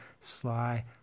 Sly